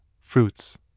fruits